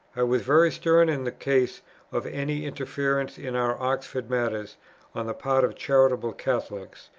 i was very stern in the case of any interference in our oxford matters on the part of charitable catholics,